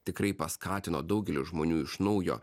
tikrai paskatino daugelį žmonių iš naujo